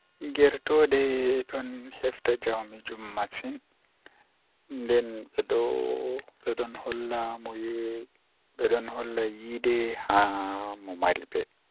Mi wayn mo o tokka danuki be law to ohebi o dani be law wawan walluki mo haa babal finugo o tokka finugo law nden o tokka wadugo mo findinta mo debbo mako malla sobajo mako malla mo woni haa kombi maako tokka findungo mo be law.